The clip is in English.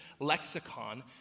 lexicon